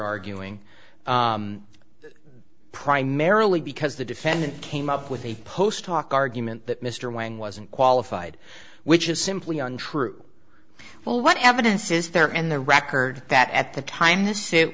arguing primarily because the defendant came up with a post talk argument that mr wang wasn't qualified which is simply untrue well what evidence is there in the record that at the time t